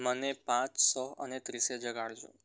મને પાંચ સો અને ત્રીસે જગાડજો